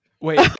Wait